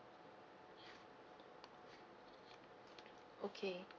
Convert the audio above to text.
okay